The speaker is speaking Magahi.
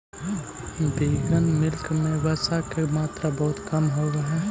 विगन मिल्क में वसा के मात्रा बहुत कम होवऽ हइ